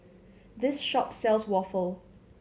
this shop sells waffle